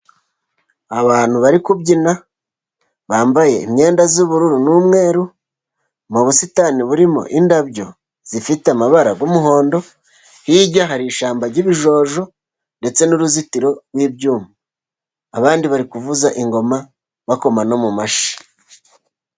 Abantu bari kubyina bambaye imyenda y'ubururu n'umweru, mu busitani burimo indabyo zifite amabara y'umuhondo. Hirya hari ishyamba ry'ibijojo, ndetse n'uruzitiro rw'ibyuma. Abandi bari kuvuza ingoma bakoma no mu mashyi.